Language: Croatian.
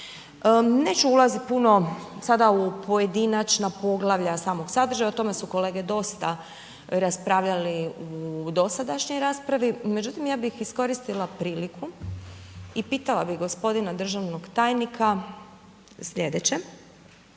Neću ulaziti puno sada u pojedinačna poglavlja samog sadržaja, o tome su kolege dosta raspravljali u dosadašnjoj raspravi. Međutim, ja bih iskoristila priliku i pitala bih gospodina državnog tajnika sljedeće.